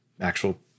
actual